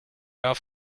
off